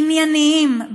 הענייניים,